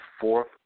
fourth